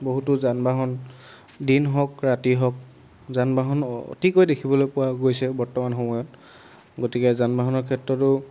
বহুতো যান বাহন দিন হওক ৰাতি হওক যান বাহন অতিকৈ দেখিবলৈ পোৱা গৈছে বৰ্তমান সময়ত গতিকে যান বাহনৰ ক্ষেত্ৰতো